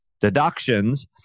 deductions